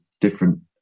different